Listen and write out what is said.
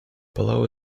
below